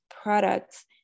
products